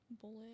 bullet